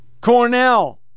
Cornell